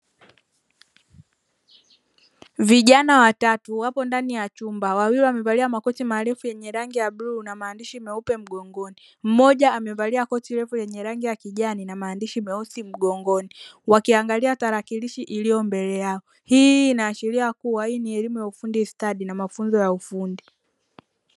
Vijana watatu wapo ndani ya chumba wawili wamevalia makoti maarufu yenye rangi ya bluu una maandishi meupe mgongoni, mmoja amevalia koti refu yenye rangi ya kijani na maandishi meusi mgongoni, wakiangalia tarakilishi iliyo mbele yao hii inaashiria kuwa hii ni elimu ya ufundi stadi na mafunzo ya ufundi.